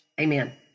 Amen